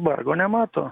vargo nemato